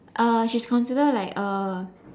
uh she's consider like uh